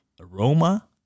aroma